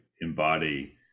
embody